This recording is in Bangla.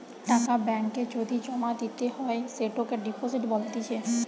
টাকা ব্যাঙ্ক এ যদি জমা দিতে হয় সেটোকে ডিপোজিট বলতিছে